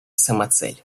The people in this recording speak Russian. самоцель